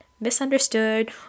misunderstood